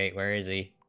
ah where is a